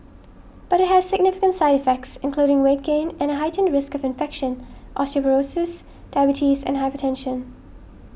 but it has significant side effects including weight gain and a heightened risk of infection osteoporosis diabetes and hypertension